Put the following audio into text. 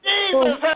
Jesus